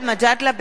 (קוראת בשמות חברי הכנסת) גאלב מג'אדלה,